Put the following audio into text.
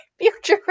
future